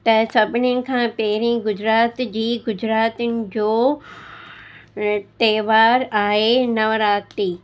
त सभिनीनि खां पहिरीं गुजरात जी गुजरातियुनि जो त्योहारु आहे नौराति